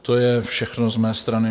To je všechno z mé strany.